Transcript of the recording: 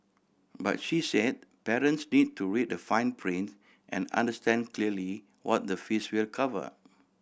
but she said parents need to read the fine print and understand clearly what the fees will cover